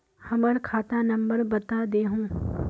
हमर खाता नंबर बता देहु?